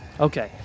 Okay